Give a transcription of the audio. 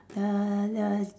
the the